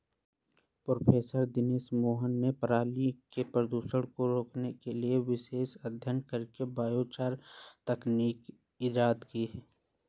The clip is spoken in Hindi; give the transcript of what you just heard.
प्रोफ़ेसर दिनेश मोहन ने पराली के प्रदूषण को रोकने के लिए विशेष अध्ययन करके बायोचार तकनीक इजाद की है